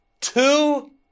Two